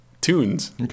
Tunes